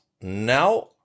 now